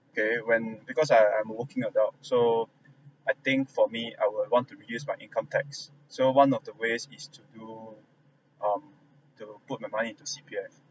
okay when because I am working adult so I think for me I will want to reduce by income tax so one of the ways is to do um to put my money to C_P_F